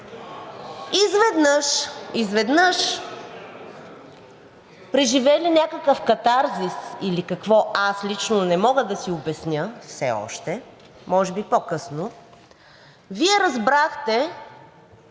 от БСП.) Изведнъж, преживели някакъв катарзис или какво аз лично не мога да си обясня все още – може би по-късно – Вие разбрахте,